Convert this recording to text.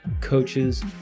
coaches